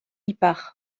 ipar